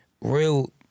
real